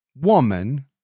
woman